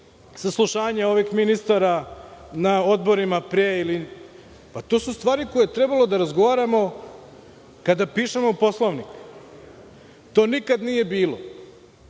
saslušanje ovih ministara na odborima pre. To su stvari o kojima je trebalo da razgovaramo kada pišemo Poslovnik. To nikad nije bilo.